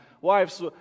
wives